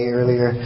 earlier